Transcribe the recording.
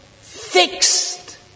fixed